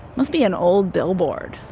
must be an old billboard.